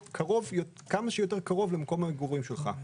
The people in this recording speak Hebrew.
או כמה שיותר קרוב למקום המגורים שלך.